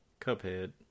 Cuphead